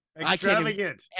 Extravagant